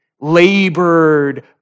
Labored